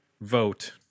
vote